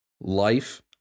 life